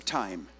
time